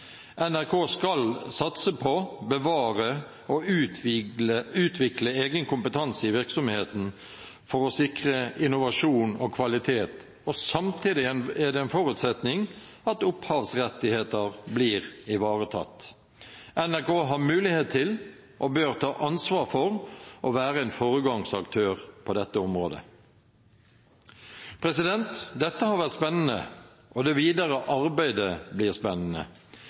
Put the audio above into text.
NRK skal satse på, bevare og utvikle egen kompetanse i virksomheten for å sikre innovasjon og kvalitet. Samtidig er det en forutsetning at opphavsrettigheter blir ivaretatt. NRK har mulighet til og bør ta ansvar for å være en foregangsaktør på dette området. Dette har vært spennende, og det videre arbeidet blir spennende.